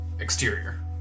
Exterior